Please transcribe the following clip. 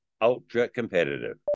ultra-competitive